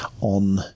on